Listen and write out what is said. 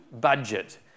Budget